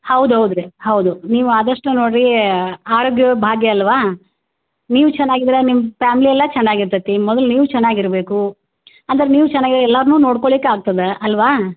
ಹೌದು ಹೌದು ರೀ ಹೌದು ನೀವು ಆದಷ್ಟು ನೋಡಿರಿ ಆರೋಗ್ಯವೇ ಭಾಗ್ಯ ಅಲ್ವ ನೀವು ಚೆನ್ನಾಗಿ ಇದ್ರೆ ನಿಮ್ಮ ಪ್ಯಾಮಿಲಿ ಎಲ್ಲ ಚೆನ್ನಾಗಿ ಇರ್ತತಿ ಮೊದ್ಲು ನೀವು ಚೆನ್ನಾಗಿ ಇರಬೇಕು ಅಂದ್ರೆ ನೀವು ಚೆನ್ನಾಗಿ ಇದ್ರೆ ಎಲ್ಲರನ್ನು ನೋಡ್ಕೊಳ್ಳಿಕ್ಕೆ ಆಗ್ತದೆ ಅಲ್ವಾ